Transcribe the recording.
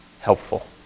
helpful